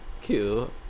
Cute